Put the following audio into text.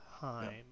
time